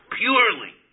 purely